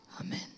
Amen